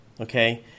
Okay